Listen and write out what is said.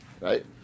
right